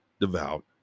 devout